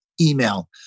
email